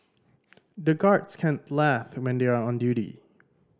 the guards can't laugh when they are on duty